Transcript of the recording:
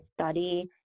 study